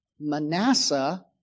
Manasseh